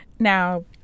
Now